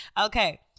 Okay